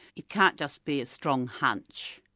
it can't just be a strong hunch.